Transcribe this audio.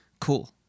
cool